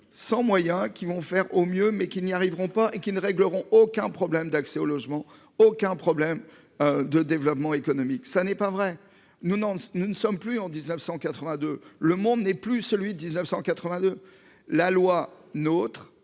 sans moyens qui vont faire au mieux mais qu'ils n'y arriveront pas et qui ne régleront aucun problème d'accès au logement, aucun problème. De développement économique. Ça n'est pas vrai. Nous non nous ne sommes plus en 1982, le monde n'est plus celui 19.182. La loi notre